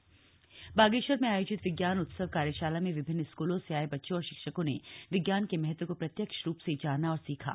विज्ञान उत्सव बागेश्वर में आयोजित विज्ञान उत्सव कार्यशाला में विभिन्न स्कूलों से आए बच्चों और शिक्षकों ने विज्ञान के महत्व को प्रत्यक्ष रूप से जाना और सीखा